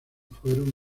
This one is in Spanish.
fueron